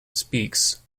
speaks